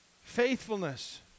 Faithfulness